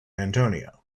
antonio